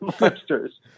monsters